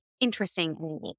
interesting